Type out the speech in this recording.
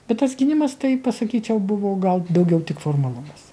bet tas gynimas tai pasakyčiau buvau gal daugiau tik formalumas